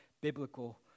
Biblical